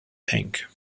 pink